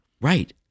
Right